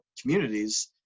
communities